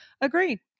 Agreed